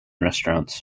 restaurants